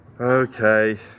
okay